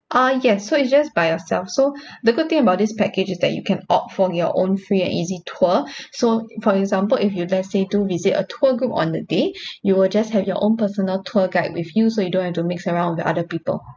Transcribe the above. uh yes so it just by yourself so the good thing about this package is that you can opt for your own free and easy tour so for example if you let's say do visit a tour group on that day you will just have your own personal tour guide with you so you don't have to mix around with the other people